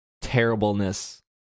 terribleness